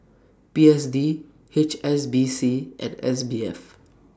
P S D H S B C and S B F